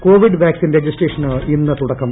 Covid vaccine registration ഇന്ന് തുടക്കം